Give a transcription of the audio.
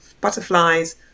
butterflies